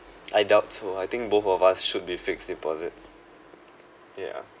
I doubt so I think both of us should be fixed deposit yeah